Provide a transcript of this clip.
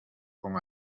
con